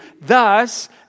Thus